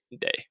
day